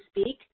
speak